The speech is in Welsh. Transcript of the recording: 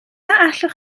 allwch